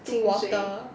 water